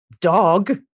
Dog